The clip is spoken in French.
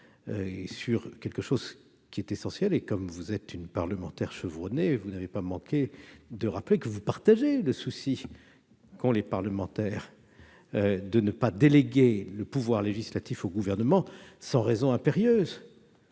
sur ce sujet essentiel. Comme vous êtes une parlementaire chevronnée, vous n'avez pas manqué de rappeler que vous partagez le souci qu'ont les parlementaires de ne pas déléguer le pouvoir législatif au Gouvernement sans raison impérieuse.